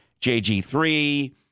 JG3